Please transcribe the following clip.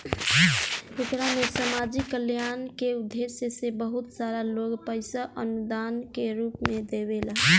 एकरा में सामाजिक कल्याण के उद्देश्य से बहुत सारा लोग पईसा अनुदान के रूप में देवेला